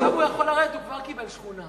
עכשיו הוא יכול לרדת, הוא כבר קיבל שכונה.